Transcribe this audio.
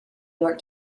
york